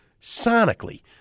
sonically